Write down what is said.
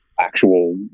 actual